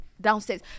downstairs